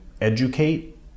educate